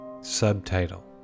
subtitle